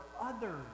others